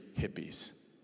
hippies